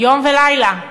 יום ולילה.